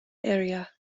area